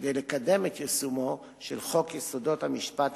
כדי לקדם את יישומו של חוק יסודות המשפט,